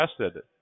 tested